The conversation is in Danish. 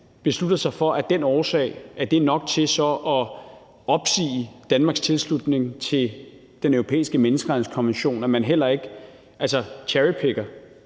beslutter sig for, at det er nok til at opsige Danmarks tilslutning til Den Europæiske Menneskerettighedskonvention, at man heller ikke cherry picker.